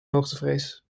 hoogtevrees